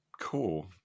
Cool